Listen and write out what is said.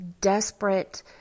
desperate